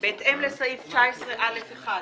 "בהתאם לסעיף 19 (א)(1)